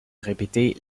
répétait